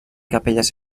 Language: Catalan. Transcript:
capelles